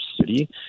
city